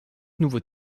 nouveaux